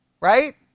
right